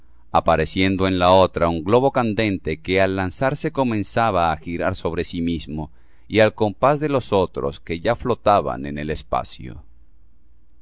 apareciendo en la otra un globo candente que al lanzarse comenzaba á girar sobre sí mismo y al compás de los otros que ya flotaban en el espacio